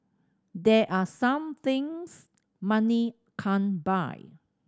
there are some things money can't buy